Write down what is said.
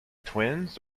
twins